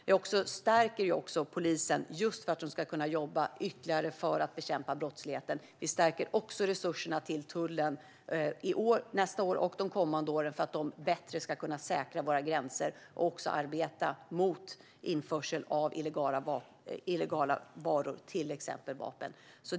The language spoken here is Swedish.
Vi stärker polisen så att den kan jobba för att ytterligare bekämpa brottsligheten. Vi stärker resurserna till tullen i år, nästa år och de kommande åren för att den bättre ska kunna säkra våra gränser och arbeta mot införsel av illegala varor, till exempel vapen.